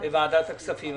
בוועדת הכספים.